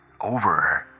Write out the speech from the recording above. Over